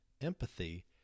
empathy